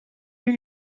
une